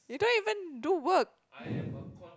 you don't even do work